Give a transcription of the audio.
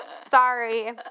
Sorry